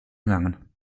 gegangen